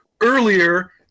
earlier